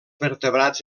vertebrats